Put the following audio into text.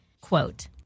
quote